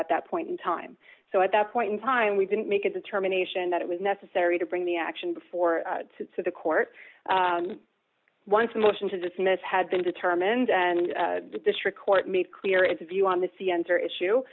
at that point in time so at that point in time we didn't make a determination that it was necessary to bring the action before the court once the motion to dismiss had been determined and the district court made clear its view on this issue